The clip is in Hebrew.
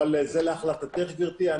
אבל זה להחלטתך, גברתי.